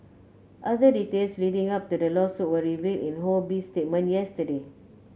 other details leading up to the lawsuit were revealed in Ho Bee's statement yesterday